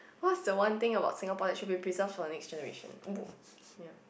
what's the one thing about Singapore that should preserved for the next generation book ya